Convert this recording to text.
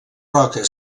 roca